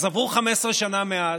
אז עבור 15 שנה מאז.